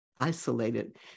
isolated